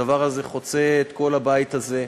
הדבר חוצה את כל הבית הזה.